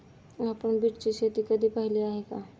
आपण बीटची शेती कधी पाहिली आहे का?